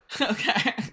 Okay